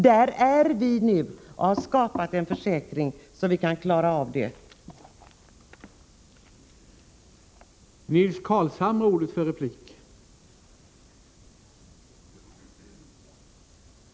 Där är vi nu, vi har skapat en försäkring, så att vi kan klara vår försörjning.